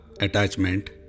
Attachment